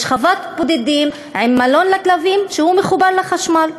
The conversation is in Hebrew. יש חוות בודדים עם מלון לכלבים שהוא מחובר לחשמל,